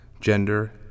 gender